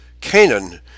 Canaan